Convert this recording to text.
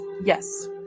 yes